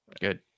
Good